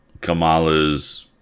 Kamala's